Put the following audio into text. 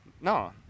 No